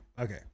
okay